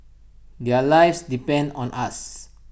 their lives depend on us